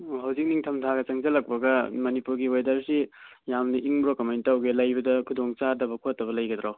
ꯑꯣ ꯍꯧꯖꯤꯛ ꯅꯤꯡꯊꯝꯊꯥꯒ ꯆꯪꯁꯤꯜꯂꯛꯄꯒ ꯃꯅꯤꯄꯨꯔꯒꯤ ꯋꯦꯗꯔꯁꯤ ꯌꯥꯝꯅ ꯏꯪꯕ꯭ꯔꯣ ꯀꯃꯥꯏ ꯇꯧꯒꯦ ꯂꯩꯕꯗ ꯈꯨꯗꯣꯡꯆꯥꯗꯕ ꯈꯣꯠꯇꯅ ꯂꯩꯒꯗ꯭ꯔꯣ